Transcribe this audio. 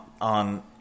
on